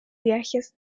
viajes